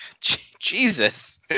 Jesus